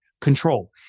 Control